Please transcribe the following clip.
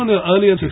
earlier